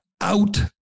out